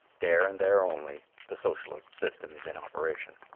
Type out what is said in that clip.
there and there only, the socialist system is in operation.